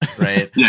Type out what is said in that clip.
right